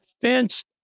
fenced